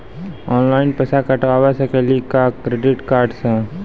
Online पैसा कटवा सकेली का क्रेडिट कार्ड सा?